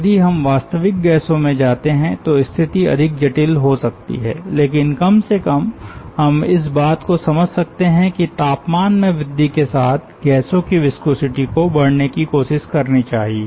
यदि हम वास्तविक गैसों में जाते हैं तो स्थिति अधिक जटिल हो सकती है लेकिन कम से कम हम इस बात को समझ सकते हैं कि तापमान में वृद्धि के साथ गैसों की विस्कोसिटी को बढ़ने की कोशिश करनी चाहिए